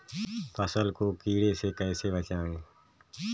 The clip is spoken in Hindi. फसल को कीड़े से कैसे बचाएँ?